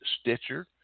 Stitcher